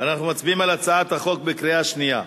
על הצעת החוק בקריאה שנייה.